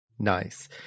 Nice